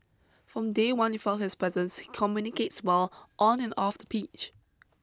from day one you felt his presence communicates well on and off the pitch